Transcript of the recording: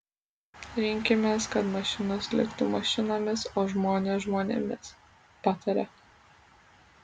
rinkimės kad mašinos liktų mašinomis o žmonės žmonėmis pataria